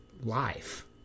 life